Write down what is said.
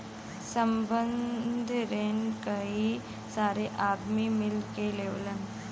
संबंद्ध रिन कई सारे आदमी मिल के लेवलन